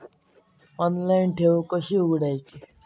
Online ठेव कशी उघडायची?